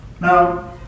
Now